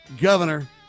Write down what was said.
Governor